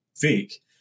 Fake